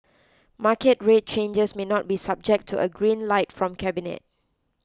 market rate changes may not be subject to a green light from cabinet